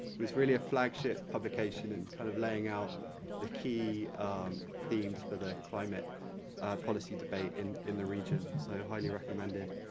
was really a flagship publication in kind of laying out the key themes for the climate policy debate in in the region, so highly recommended.